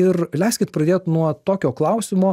ir leiskit pradėt nuo tokio klausimo